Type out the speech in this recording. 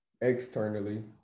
externally